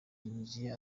yinjiye